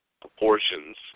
proportions